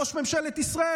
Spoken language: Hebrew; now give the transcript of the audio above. ראש ממשלת ישראל,